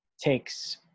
takes